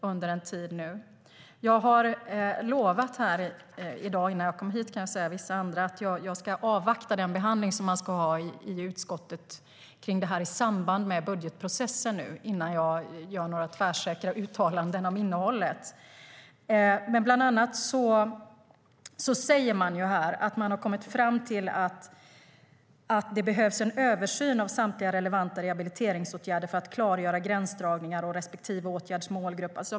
Innan jag kom hit i dag lovade jag att jag ska avvakta den behandling som ska göras i utskottet i samband med budgetprocessen innan jag gör några tvärsäkra uttalanden om innehållet. Men man säger bland annat att man har kommit fram till att det behövs en översyn av samtliga relevanta rehabiliteringsåtgärder för att klargöra gränsdragningar och respektive åtgärds målgrupp.